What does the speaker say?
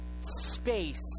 space